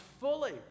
fully